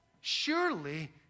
Surely